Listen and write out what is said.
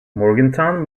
morgantown